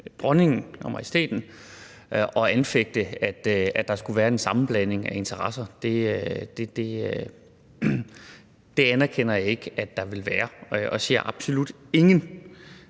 at anfægte, at der skulle være en sammenblanding af interesser. Det anerkender jeg ikke at der vil være, og jeg ser absolut ingen